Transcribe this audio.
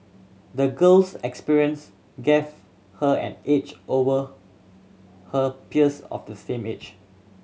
the girl's experience gave her an edge over her peers of the same age